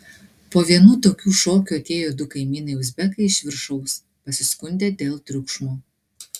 po vienų tokių šokių atėjo du kaimynai uzbekai iš viršaus pasiskundė dėl triukšmo